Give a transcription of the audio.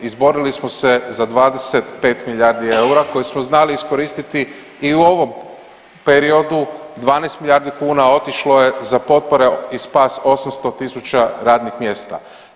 Izborili smo se za 25 milijardi eura koje smo znali iskoristiti i u ovom periodu 12 milijardi kuna otišlo je za potpore i spas 800000 radnih mjesta.